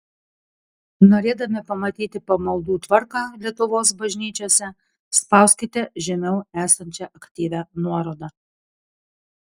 norėdami pamatyti pamaldų tvarką lietuvos bažnyčiose spauskite žemiau esančią aktyvią nuorodą